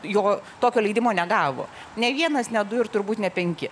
jo tokio leidimo negavo ne vienas ne du ir turbūt ne penki